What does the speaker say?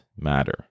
matter